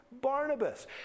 Barnabas